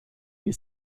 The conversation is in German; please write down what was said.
die